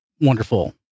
wonderful